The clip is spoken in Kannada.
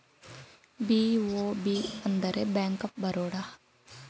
ಬಿ.ಒ.ಬಿ ಅಂದರೆ ಬ್ಯಾಂಕ್ ಆಫ್ ಬರೋಡ